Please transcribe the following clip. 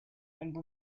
and